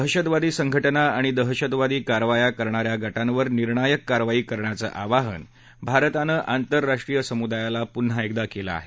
दहशतवादी संघाज्ञा आणि दहशतवादी कारवाया करणाऱ्या गावेर निर्णायक कारवाई करण्याचं आवाहन भारतानं आंतराष्ट्रीय समुदायाला पुन्हा एकदा केलं आहे